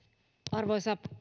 arvoisa